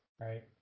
right